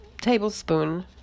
tablespoon